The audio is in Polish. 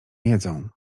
jedzą